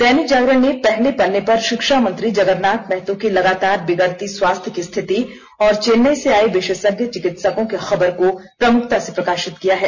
दैनिक जागरण ने पहले पत्रे पर शिक्षा मंत्री जगरनाथ महतो की लगातार बिगड़ती स्वास्थ्य की स्थिति और चेन्नई से आये विशेषज्ञ चिकित्सकों की खबर को प्रमुखता से प्रकाशित किया है